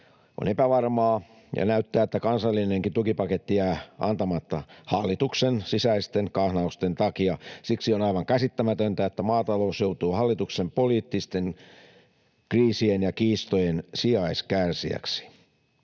on epävarmaa, ja näyttää, että kansallinenkin tukipaketti jää antamatta hallituksen sisäisten kahnausten takia. Siksi on aivan käsittämätöntä, että maatalous joutuu hallituksen poliittisten kriisien ja kiistojen sijaiskärsijäksi.